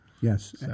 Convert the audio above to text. Yes